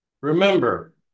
remember